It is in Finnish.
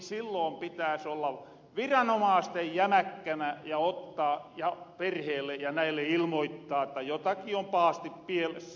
silloon pitääs olla viranomaasten jämäkkänä ja perheelle ja näille ilmoittaa että jotaki on pahasti pielessä